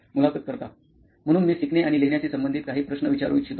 मुलाखत कर्ता म्हणून मी शिकणे आणि लिहिण्याशी संबंधित काही प्रश्न विचारू इच्छितो